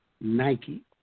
Nike